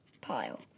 pile